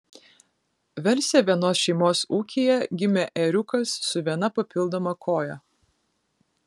velse vienos šeimos ūkyje gimė ėriukas su viena papildoma koja